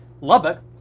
Lubbock